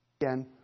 again